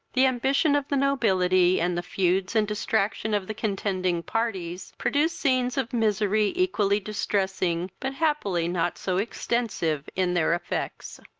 the ambition of the nobility, and the feuds and distraction of the contending parties, produced scenes of misery equally distressing, but happily not so extensive in their effects.